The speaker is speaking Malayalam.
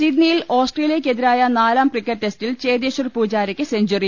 സിഡ്നിയിൽ ഓസ്ട്രേലിയക്കെതിരായ നാലാം ക്രിക്കറ്റ് ടെസ്റ്റിൽ ചേതേ ശ്വർ പൂജാരയ്ക്ക് സെഞ്ചറി